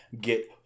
get